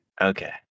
Okay